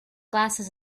glasses